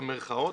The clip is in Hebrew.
במרכאות,